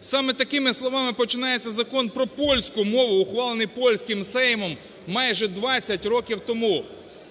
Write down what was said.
Саме такими словами починається Закон про польську мову, ухвалений Польським Сеймом майже 20 років тому